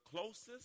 closest